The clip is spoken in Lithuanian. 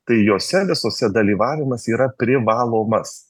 tai jose visose dalyvavimas yra privalomas